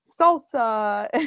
salsa